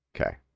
Okay